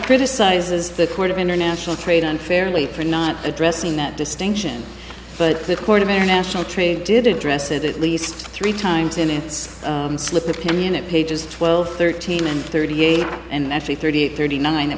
criticizes the court of international trade unfairly for not addressing that distinction but the court of international trade did address it at least three times in its slipped opinion at pages twelve thirteen and thirty eight and actually thirty eight thirty nine